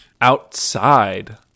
Outside